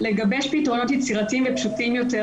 לגבש פתרונות יצירתיים ופשוטים יותר,